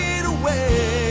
away.